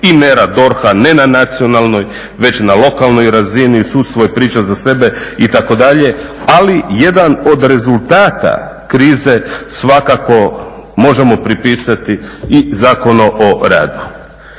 i nerad DORH ne na nacionalnoj već na lokalnoj razini. Sudstvo je priča za sebe itd., ali jedan od rezultata krize svakako možemo pripisati i Zakonu o radu.